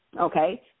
Okay